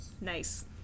Nice